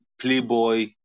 Playboy